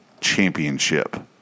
Championship